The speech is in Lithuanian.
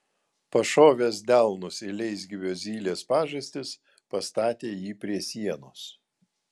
pašovęs delnus į leisgyvio zylės pažastis pastatė jį prie sienos